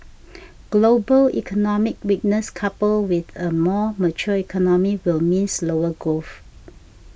global economic weakness coupled with a more mature economy will mean slower growth